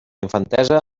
infantesa